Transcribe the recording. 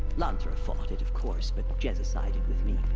lansra fought it, of course, but jezza sided with me.